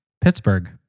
Pittsburgh